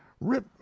rip